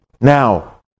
Now